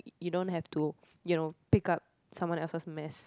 you you don't have to you know pick up someone else's mess